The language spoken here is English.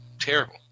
terrible